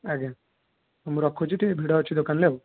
ଆଜ୍ଞା ମୁଁ ରଖୁଛି ଟିକେ ଭିଡ଼ ଅଛି ଦୋକାନ ରେ ଆଉ